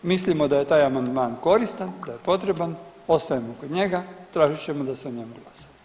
Mislimo da je taj amandman koristan, da je potreban, ostajemo kod njega, tražit ćemo da se o njemu glasa.